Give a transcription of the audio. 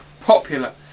popular